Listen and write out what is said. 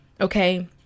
okay